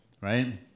right